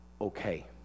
okay